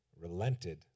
relented